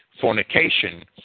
fornication